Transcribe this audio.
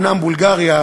אומנם בולגריה